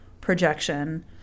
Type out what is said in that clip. projection